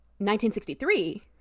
1963